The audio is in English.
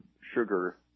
sugar